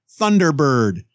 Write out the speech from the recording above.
Thunderbird